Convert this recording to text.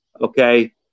okay